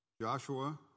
Joshua